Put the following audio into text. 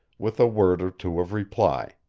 with a word or two of reply.